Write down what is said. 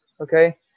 Okay